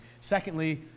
Secondly